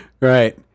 Right